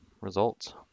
results